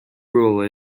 rule